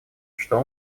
что